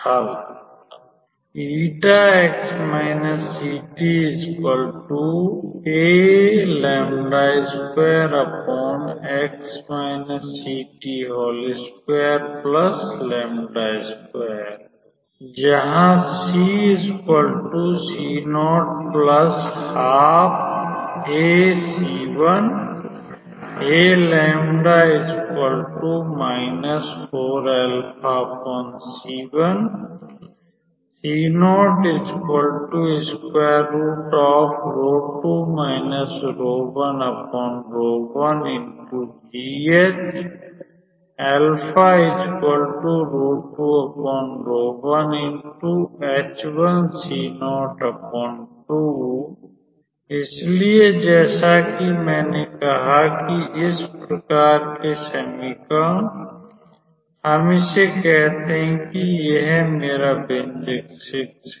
हल Where जहाँ इसलिए जैसा कि मैंने कहा कि इस प्रकार के समीकरण हम इसे कहते हैं कि यह मेरा व्यंजक है